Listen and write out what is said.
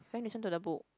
you want listen to the book